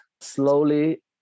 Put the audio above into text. slowly